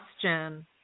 question